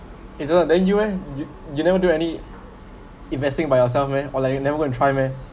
eason then you eh you you never do any investing by yourself meh or like you never go and try meh